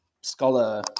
scholar